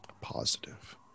positive